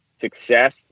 success